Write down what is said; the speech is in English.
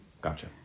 Gotcha